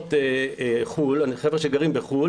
ובנות חו"ל חבר'ה שגרים בחו"ל